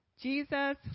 Jesus